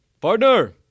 Partner